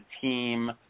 team